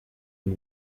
and